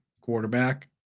quarterback